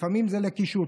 לפעמים זה לקישוט,